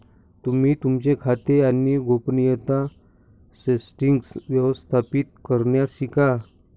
तुम्ही तुमचे खाते आणि गोपनीयता सेटीन्ग्स व्यवस्थापित करण्यास शिका